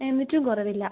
എന്നിട്ടും കുറവില്ല